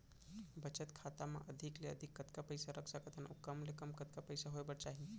बचत खाता मा अधिक ले अधिक कतका पइसा रख सकथन अऊ कम ले कम कतका पइसा होय बर चाही?